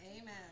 amen